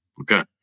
Okay